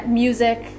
music